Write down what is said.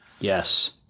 yes